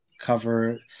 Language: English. cover